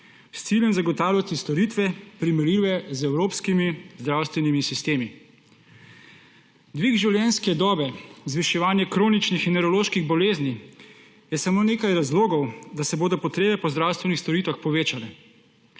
s ciljem zagotavljati storitve, primerljive z evropskimi zdravstvenimi sistemi. Dvig življenjske dobe, zviševanje kroničnih in nevroloških bolezni je samo nekaj razlogov, da se bodo potrebe po zdravstvenih storitvah povečale.